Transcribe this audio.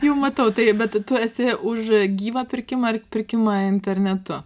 jau matau tai bet tu esi už gyvą pirkimą ar pirkimą internetu